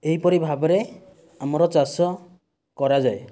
ଏହିପରି ଭାବରେ ଆମର ଚାଷ କରାଯାଏ